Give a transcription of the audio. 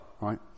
Right